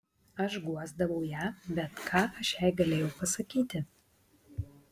aš guosdavau ją bet ką aš jai galėjau pasakyti